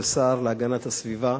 לשר להגנת הסביבה